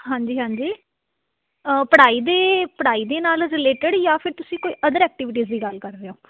ਹਾਂਜੀ ਹਾਂਜੀ ਪੜ੍ਹਾਈ ਦੇ ਪੜ੍ਹਾਈ ਦੇ ਨਾਲ ਰਿਲੇਟਡ ਜਾਂ ਫਿਰ ਤੁਸੀਂ ਕੋਈ ਅਦਰ ਐਕਟੀਵਿਟੀਜ਼ ਦੀ ਗੱਲ ਕਰ ਰਹੇ ਹੋ